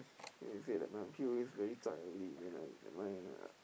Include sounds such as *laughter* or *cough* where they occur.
*noise* he said that my P_O_A is very zai already that's why my uh